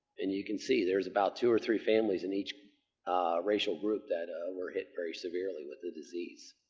and you can see, there's about two or three families in each racial group that were hit very severely with the disease.